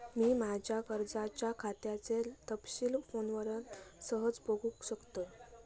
मी माज्या कर्जाच्या खात्याचे तपशील फोनवरना सहज बगुक शकतय